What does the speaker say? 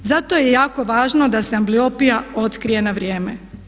Zato je jako važno da se ambliopija otkrije na vrijeme.